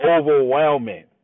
overwhelming